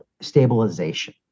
stabilization